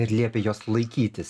ir liepia jos laikytis